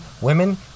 Women